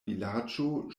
vilaĝo